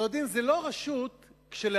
אתם יודעים, זו לא הרשות כשלעצמה.